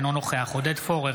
אינו נוכח עודד פורר,